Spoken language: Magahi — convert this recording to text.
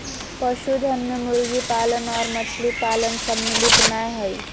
पशुधन मे मुर्गी पालन आर मछली पालन सम्मिलित नै हई